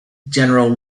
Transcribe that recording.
general